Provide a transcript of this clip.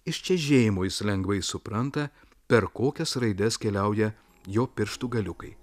iš čežėjimo jis lengvai supranta per kokias raides keliauja jo pirštų galiukai